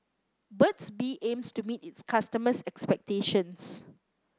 Burt's Bee aims to meet its customers' expectations